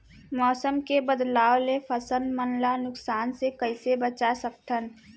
मौसम के बदलाव ले फसल मन ला नुकसान से कइसे बचा सकथन?